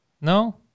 No